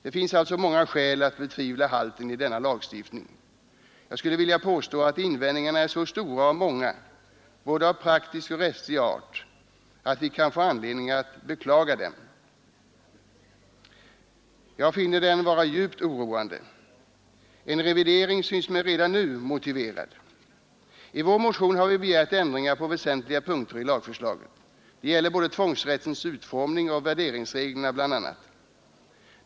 Det finns alltså många skäl att betvivla halten i denna lagstiftning. Jag skulle vilja påstå, att invändningarna är så stora och många — både av praktisk och av rättslig art — att vi kan få anledning att beklaga dem framöver. Jag finner det vara djupt oroande. En revidering syns mig redan nu motiverad. I vår motion har vi begärt ändringar på väsentliga punkter i lagförslaget. Det gäller bl.a. tvångsrättens utformning och värderingsreglerna.